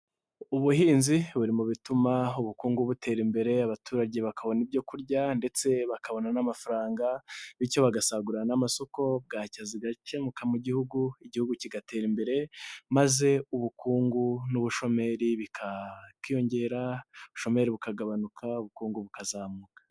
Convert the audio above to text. Ubuhinzi buri mu bituma ubukungu butera imbere abaturage bakabona ibyo kurya ndetse bakabona n'amafaranga, bityo bagasagurira n'amasoko bwaki zigakemuka mu gihugu, igihugu kigatera imbere maze ubukungu n'ubushomeri bukagabanuka ubukungu bukazamuka.